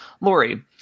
Lori